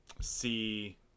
see